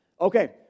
Okay